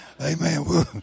Amen